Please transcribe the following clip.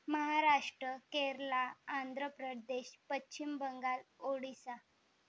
Maharashtra Kerala Andhra Pradesh Paschim Bengal Odisha